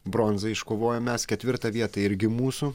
bronzą iškovojom mes ketvirta vieta irgi mūsų